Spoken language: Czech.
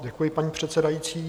Děkuji, paní předsedající.